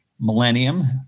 millennium